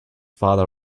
father